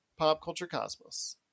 PopCultureCosmos